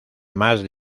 más